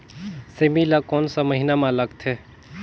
सेमी ला कोन सा महीन मां लगथे?